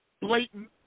blatant